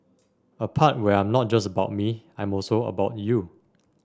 a part where I'm not just about me I'm also about you